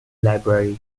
library